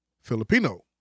Filipino